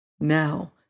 Now